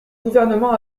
gouvernement